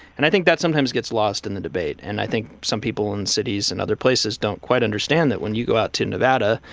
and i think that sometimes gets lost in the debate. and i think some people in cities and other places don't quite understand that when you go out to nevada,